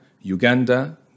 Uganda